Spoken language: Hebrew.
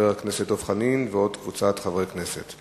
לדיון מוקדם בוועדת הכלכלה נתקבלה.